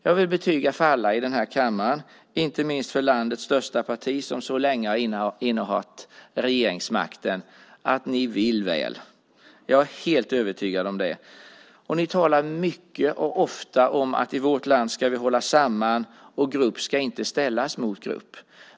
Jag vill betyga för alla i den här kammaren, inte minst för landets största parti som så länge innehaft regeringsmakten, att ni vill väl. Jag är helt övertygad om det. Ni talade mycket och ofta om att vi i vårt land ska hålla samman och att grupp inte ska ställas mot grupp.